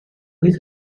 his